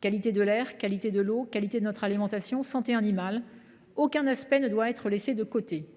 qualité de l’air, qualité de l’eau, qualité de notre alimentation, santé animale, aucun aspect ne doit être laissé de côté,